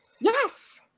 Yes